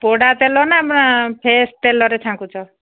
ପୋଡ଼ା ତେଲ ନା ଫ୍ରେସ୍ ତେଲରେ ଛାଣୁଛ